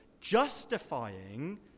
justifying